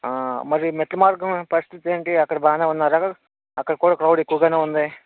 మరి మెట్ల మార్గం పరిస్థితేంటి అక్కడ బాగానే ఉన్నారా అక్కడ కూడా క్రౌడ్ ఎక్కువగానే ఉందే